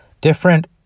different